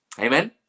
Amen